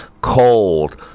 cold